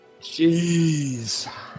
Jeez